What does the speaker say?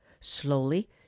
slowly